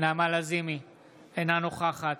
אינה נוכחת